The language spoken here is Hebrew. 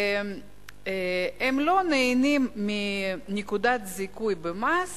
הם לא נהנים מנקודת זיכוי במס